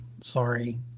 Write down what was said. Sorry